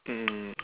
mm